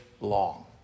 long